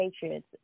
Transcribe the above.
Patriots